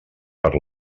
per